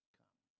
come